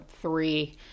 three